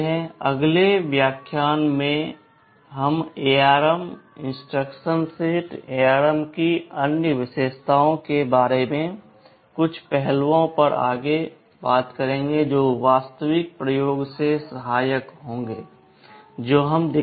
अगले व्याख्यान से हम ARM इंस्ट्रक्शन सेट और ARM की अन्य विशेषताओं के बारे में कुछ पहलुओं पर आगे बढ़ेंगे जो वास्तविक प्रयोग में सहायक होंगे जो हम दिखा रहे हैं